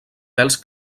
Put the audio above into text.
pèls